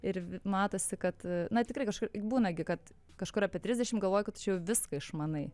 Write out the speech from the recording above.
ir matosi kad na tikrai kažkur būna gi kad kažkur apie trisdešim galvoji kad tu čia jau viską išmanai